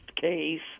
case